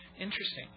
interesting